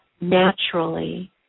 naturally